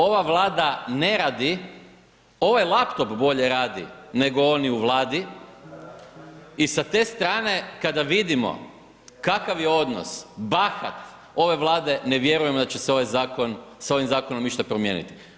Ova Vlada ne radi, ovaj laptop bolje radi nego oni u Vladi i sa te strane, kada vidimo kakav je odnos, bahat ove Vlade, ne vjerujemo da će se ovaj zakon, s ovim zakonom išta promijeniti.